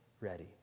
ready